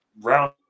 round